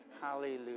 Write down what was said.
Hallelujah